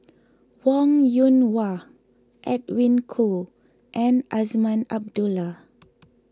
Wong Yoon Wah Edwin Koo and Azman Abdullah